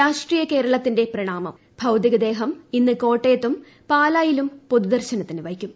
രാഷ്ട്രീയ കേരളത്തിന്റെ പ്രണാമം ഭൌതികദേഹം ഇന്ന് കോട്ടയത്തും പാലായിലും പൊതുദർശനത്തിന് വയ്ക്കും